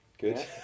Good